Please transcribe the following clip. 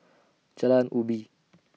Jalan Ubi